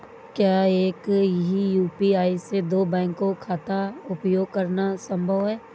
क्या एक ही यू.पी.आई से दो बैंक खातों का उपयोग करना संभव है?